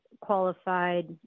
qualified